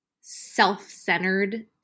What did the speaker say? self-centered